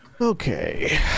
Okay